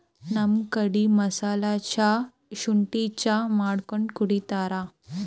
ನಮ್ ಕಡಿ ಮಸಾಲಾ ಚಾ, ಶುಂಠಿ ಚಾ ಮಾಡ್ಕೊಂಡ್ ಕುಡಿತಾರ್